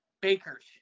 Baker's